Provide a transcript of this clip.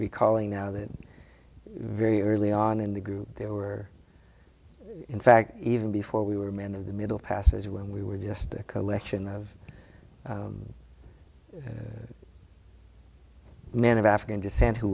recalling now that very early on in the group there were in fact even before we were men of the middle passage when we were just a collection of men of african descent who